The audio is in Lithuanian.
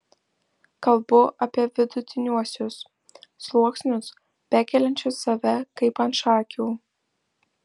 kalbu apie vidutiniuosius sluoksnius bekeliančius save kaip ant šakių